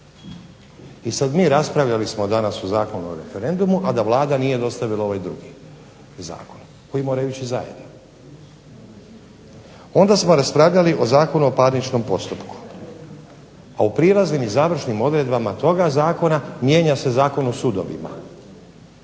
danas raspravljali Zakon o referendumu a da Vlada nije dostavila ovaj drugi zakon koji moraju ići zajedno. Onda smo raspravljali o Zakonu o parničnom postupku, a u prijelaznim i završnim odredbama toga zakona mijenja se Zakon o sudovima.